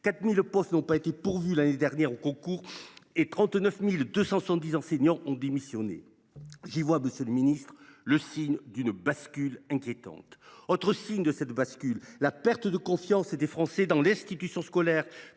4 000 postes n’ont pas été pourvus l’année dernière au concours et 39 270 enseignants ont démissionné. J’y vois, monsieur le ministre, le signe d’une bascule inquiétante. Un autre élément va dans le même sens : la perte de confiance des Français dans l’institution scolaire